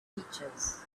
features